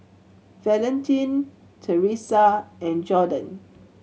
Valentin Teressa and Jordon